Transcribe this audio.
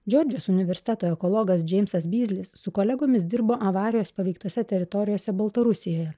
džordžijos universiteto ekologas džeimsas byzlis su kolegomis dirbo avarijos paveiktose teritorijose baltarusijoje